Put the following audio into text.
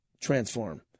transform